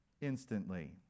instantly